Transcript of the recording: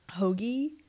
Hoagie